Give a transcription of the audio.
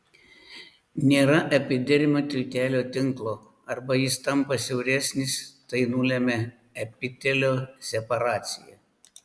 nėra epidermio tiltelio tinklo arba jis tampa siauresnis tai nulemia epitelio separaciją